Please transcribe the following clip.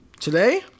Today